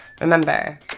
remember